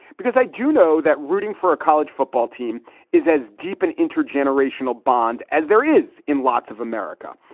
because i do know that rooting for a college football team is as deep an intergenerational bond as there is in lots of america.